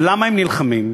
ולמה הם נלחמים,